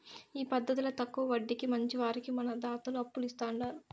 ఈ పద్దతిల తక్కవ వడ్డీకి మంచివారికి మన దాతలు అప్పులు ఇస్తాండారు